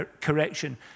correction